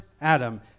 adam